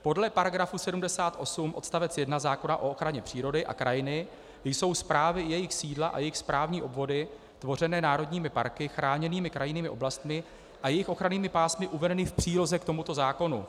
Podle § 78 odst. 1 zákona o ochraně přírody a krajiny jsou správy, jejich sídla a jejich správní obvody, tvořené národními parky, chráněnými krajinnými oblastmi a jejich ochrannými pásmy, uvedeny v příloze k tomuto zákonu.